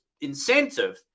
incentive